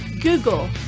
Google